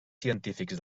científics